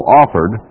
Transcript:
offered